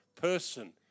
person